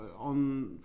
on